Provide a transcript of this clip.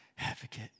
Advocate